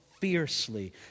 fiercely